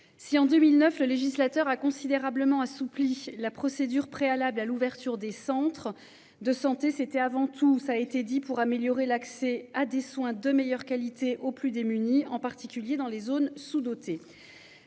Si en 2009, le législateur a considérablement assoupli la procédure préalable à l'ouverture des centres de santé c'était avant tout ça a été dit pour améliorer l'accès à des soins de meilleure qualité aux plus démunis en particulier dans les zones sous-dotées.